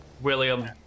William